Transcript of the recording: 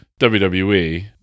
WWE